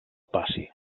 passi